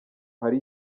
hari